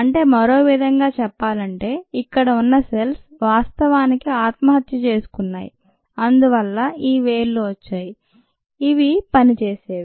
అంటే మరోవిధంగా చెప్పాలంటే ఇక్కడ ఉన్న సెల్స్ వాస్తవానికి ఆత్మహత్య చేసుకున్నాయి అందువల్ల ఈ వేళ్ళు వచ్చాయి ఇవి పనిచేసేవి